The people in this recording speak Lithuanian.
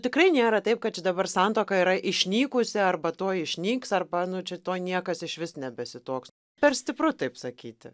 tikrai nėra taip kad čia dabar santuoka yra išnykusi arba tuoj išnyks arba nu čia tuoj niekas išvis nebesituoks per stipru taip sakyti